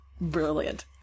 brilliant